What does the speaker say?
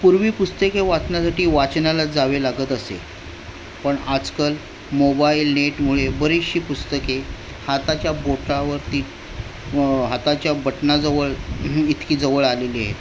पूर्वी पुस्तके वाचण्यासाठी वाचनालयात जावे लागत असे पण आजकाल मोबाईल नेटमुळे बरीचशी पुस्तके हाताच्या बोटावरती हाताच्या बटनाजवळ इतकी जवळ आलेली आहे